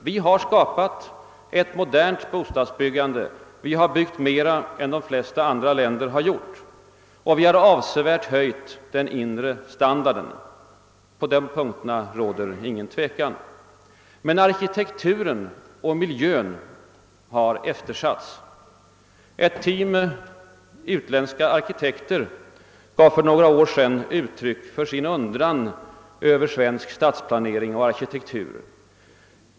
Vi har skapat ett modernt bostadsbyggande, vi har byggt mer än de flesta andra länder och avsevärt höjt den inre standarden — på de punkterna råder ingen tvekan. Men arkitekturen och miljön har eftersatts. Ett team utländska arkitekter gav för några år sedan uttryck för sin undran över svensk stadsplanering och arkitektur.